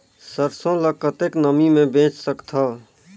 सरसो ल कतेक नमी मे बेच सकथव?